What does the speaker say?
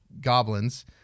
goblins